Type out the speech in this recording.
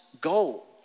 goal